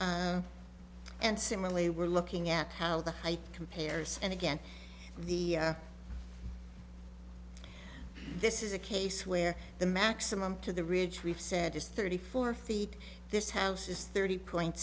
e and similarly we're looking at how the high compares and again the this is a case where the maximum to the ridge we've said is thirty four feet this house is thirty point